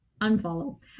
unfollow